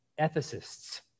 ethicists